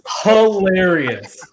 hilarious